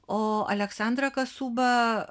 o aleksandra kasuba